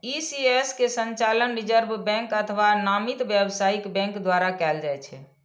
ECS के संचालन Reserve Bank अथवा नामित व्यावसायिक बैंक द्वारा कैल जाइ छै